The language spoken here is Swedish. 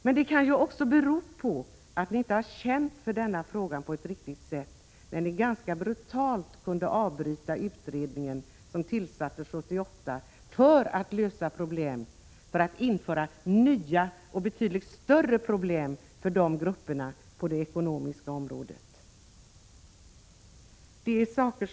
Men det kanske också beror på att ni inte har känt för denna fråga på ett riktigt sätt, när ni ganska brutalt kunde avbryta utredningen, som tillsattes 1978 för att lösa problem, för att införa nya och betydligt större problem på det ekonomiska området för de grupperna.